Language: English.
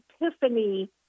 epiphany